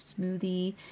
smoothie